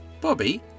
Bobby